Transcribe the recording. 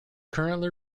currently